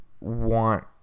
want